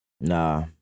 Nah